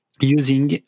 using